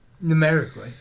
numerically